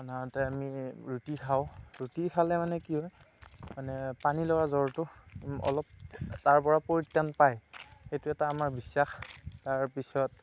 সাধাৰণতে আমি ৰুটি খাওঁ ৰুটি খালে মানে কি হয় মানে পানীলগা জ্বৰটো অলপ তাৰপৰা পৰিত্ৰাণ পায় এইটো আমাৰ এটা বিশ্বাস তাৰপিছত